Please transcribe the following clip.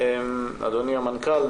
אדוני המנכ"ל,